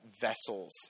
vessels